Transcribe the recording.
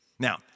Now